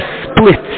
split